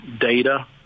data